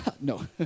no